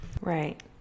Right